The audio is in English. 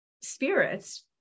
spirits